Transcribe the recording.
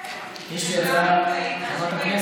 זו סכנה של פצצה